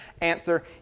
answer